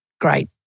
great